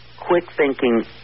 quick-thinking